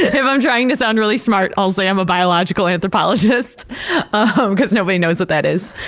if i'm trying to sound really smart, i'll say i'm a biological anthropologist um cause nobody knows what that is.